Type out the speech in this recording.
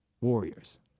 Warriors